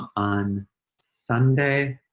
on sunday,